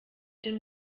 den